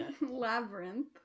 Labyrinth